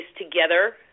together